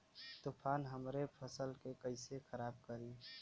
तूफान हमरे फसल के कइसे खराब करी?